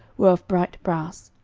were of bright brass.